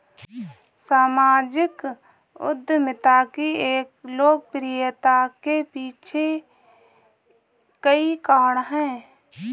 सामाजिक उद्यमिता की लोकप्रियता के पीछे कई कारण है